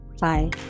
Bye